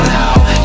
now